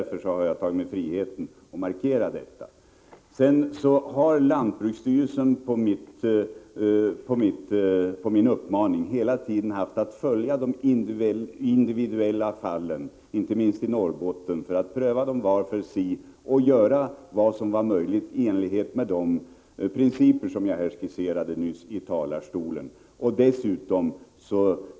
Därför har jag tagit mig friheten att markera detta. Lantbruksstyrelsen har på min uppmaning hela tiden följt de individuella fallen, inte minst i Norrbotten, för att pröva dem var för sig och göra vad som är möjligt i enlighet med de principer som jag nyss skisserade från talarstolen.